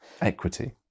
Equity